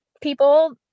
people